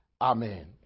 Amen